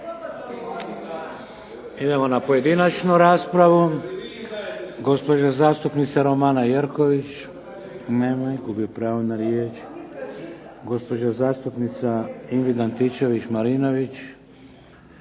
Idemo na pojedinačnu raspravu. Gospođa zastupnica Romana Jerković. Nema je. Gubi pravo na riječ. Gospođa zastupnica Ingrid Antičević Marinović.